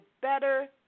better